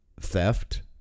theft